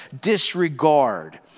disregard